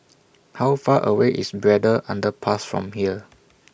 How Far away IS Braddell Underpass from here